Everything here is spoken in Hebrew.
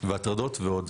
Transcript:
הטרדות ועוד.